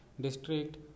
District